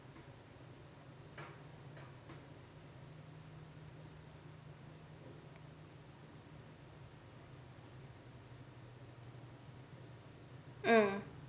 mm